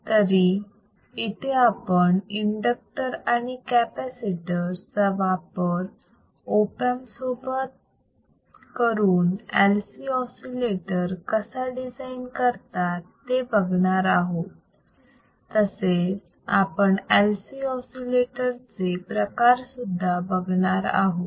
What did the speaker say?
तरी इथे आपण इंडक्टर आणि कॅपॅसिटर चा ऑप एमप सोबत वापर करून LC असे लेटर ऑसिलेटर कसा डिझाईन करतात ते बघणार आहोत तसेच आपण LC ऑसिलेटर चे प्रकार सुद्धा बघणार आहोत